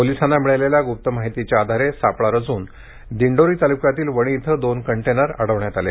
पोलिसांना मिळालेल्या गुप्त माहितीच्या आधारे सापळा रचून दिंडोरी तालुक्यातील वणी येथे दोन कंटेनर अडविण्यात आले